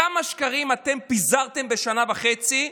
כמה שקרים אתם פיזרתם בשנה וחצי.